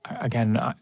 again